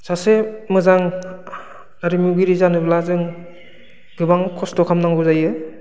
सासे मोजां आरिमुगिरि जानोब्ला जों गोबां खस्थ' खालामनांगौ जायो